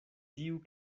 tiu